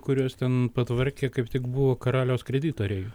kuriuos ten patvarkė kaip tik buvo karaliaus kreditoriai